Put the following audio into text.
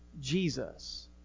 Jesus